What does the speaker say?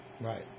Right